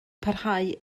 parhau